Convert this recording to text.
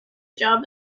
job